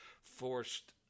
forced